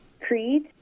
creed